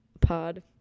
pod